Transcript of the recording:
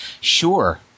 sure